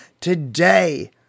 Today